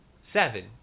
seven